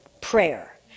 prayer